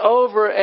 over